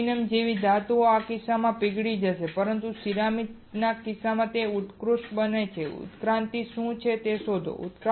aluminium જેવી ધાતુના કિસ્સામાં તે પીગળી જશે પરંતુ સિરામિક્સના કિસ્સામાં તે ઉત્કૃષ્ટ બનશે ઉત્ક્રાંતિ શું છે તે શોધો